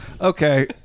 Okay